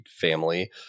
family